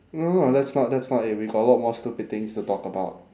no no no that's not that's not it we got a lot more stupid things to talk about